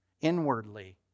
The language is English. Inwardly